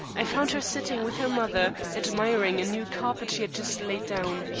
i found her sitting with her mother, admiring a new carpet she had just laid down.